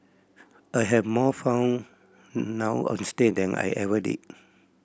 I have more fun now onstage than I ever did